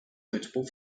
notable